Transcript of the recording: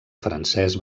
francès